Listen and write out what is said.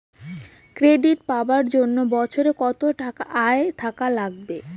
Credit পাবার জন্যে বছরে কত টাকা আয় থাকা লাগবে?